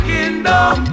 Kingdom